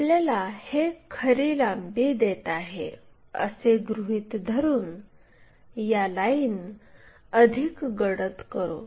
आपल्याला हे खरी लांबी देत आहे असे गृहीत धरुन या लाईन अधिक गडद करू